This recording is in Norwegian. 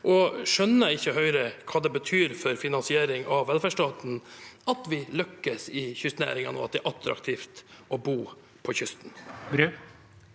Skjønner ikke Høyre hva det betyr for finansiering av velferdsstaten at vi lykkes i kystnæringene, og at det attraktivt å bo på kysten?